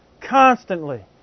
constantly